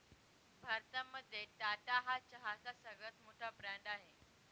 भारतामध्ये टाटा हा चहाचा सगळ्यात मोठा ब्रँड आहे